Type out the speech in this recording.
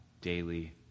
daily